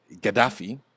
Gaddafi